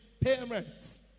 parents